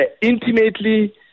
intimately